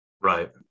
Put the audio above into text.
Right